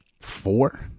Four